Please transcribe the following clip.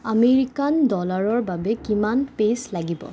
American ডলাৰৰ বাবে কিমান পেছ লাগিব